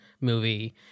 movie